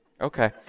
Okay